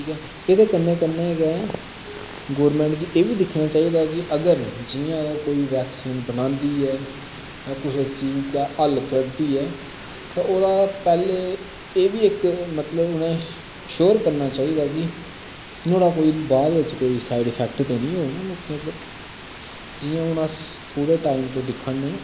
ठीक ऐ एह्दे कन्नै कन्नै गै गोरमैंट गी एह् वी दिक्खना चाहिदा की अगर जियां अगर कोई वैक्सीन बनांदी ऐ कुसे चीज दा हल्ल कड्डदी ऐ ते ओह्दा पैह्ले एह् वी इक मतलब उ'ने शोर करना चाहिदा कि नोह्ड़ा कोई बाद च कोई साइडइफैक्ट ते नि होग ना लोकें उप्पर जियां हून अस थोह्ड़े टाइम दे दिक्खा ने